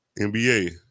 NBA